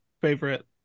favorite